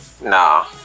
Nah